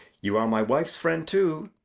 you are my wife's friend too.